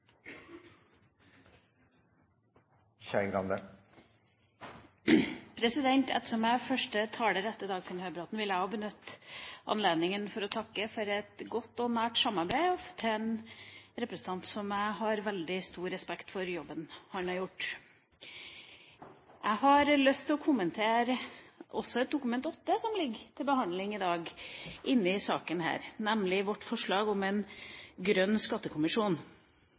første taler etter Dagfinn Høybråten, vil jeg benytte anledninga til å takke for et godt og nært samarbeid med en representant som jeg har veldig stor respekt for når det gjelder den jobben han har gjort. Jeg har lyst til å kommentere et Dokument 8-forslag som ligger til behandling i denne saken i dag, nemlig vårt forslag om en grønn skattekommisjon.